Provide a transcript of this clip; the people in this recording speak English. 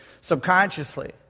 subconsciously